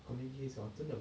community case hor 真的